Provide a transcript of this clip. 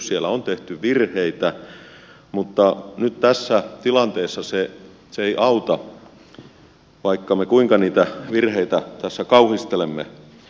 siellä on tehty virheitä mutta nyt tässä tilanteessa se ei auta vaikka me kuinka niitä virheitä tässä kauhistelemme